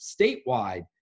statewide